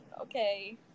Okay